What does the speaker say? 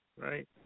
right